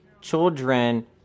children